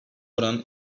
oran